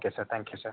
okay sir thank you sir